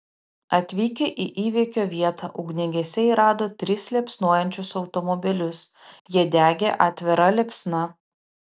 atvykę į įvykio vietą ugniagesiai rado tris liepsnojančius automobilius jie degė atvira liepsna